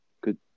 good